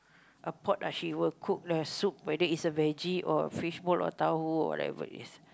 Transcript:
a pot ah she will cook the soup whether it's a veggie or a fishball or tauhu or whatever it is